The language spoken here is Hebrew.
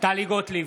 טלי גוטליב,